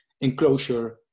enclosure